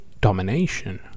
Domination